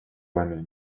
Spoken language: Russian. вами